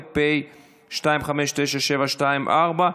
פ/2597/24.